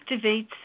activates